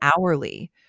hourly